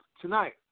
tonight